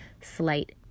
slight